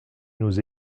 nous